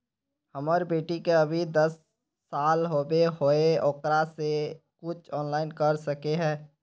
हमर बेटी के अभी दस साल होबे होचे ओकरा ले कुछ ऑनलाइन कर सके है?